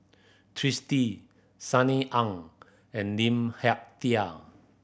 Twisstii Sunny Ang and Lim